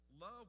love